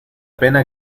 pena